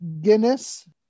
Guinness